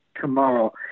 tomorrow